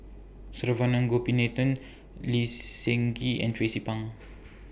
Saravanan Gopinathan Lee Seng Gee and Tracie Pang